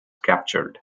captured